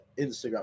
Instagram